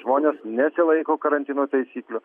žmonės nesilaiko karantino taisyklių